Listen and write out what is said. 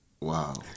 Wow